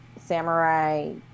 samurai